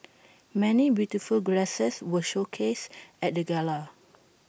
many beautiful greases were showcased at the gala